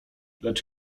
lecz